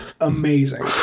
amazing